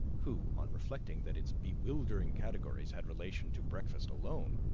who, on reflecting that its bewildering categories had relation to breakfast alone,